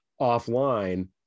offline